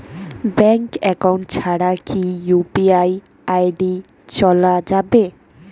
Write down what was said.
Bank account ছাড়া কি UPI ID চোলা যাবে?